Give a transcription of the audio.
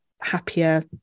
happier